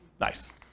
Nice